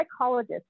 psychologist